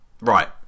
right